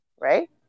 Right